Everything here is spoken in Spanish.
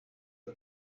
del